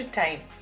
time